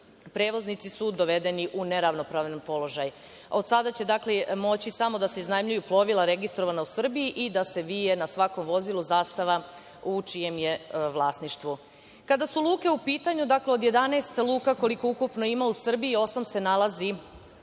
prevoznici su dovedeni u neravnopravni položaj. Od sada će, dakle, moći da se iznajmljuju samo plovila registrovana u Srbiji i da se vije na svakom vozilu zastava u čijem je vlasništvu. Kada su luke u pitanju, od 11 luka koliko ukupno ima u Srbiji, osam se nalazi na